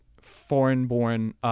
foreign-born